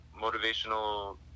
motivational